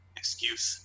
excuse